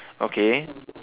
okay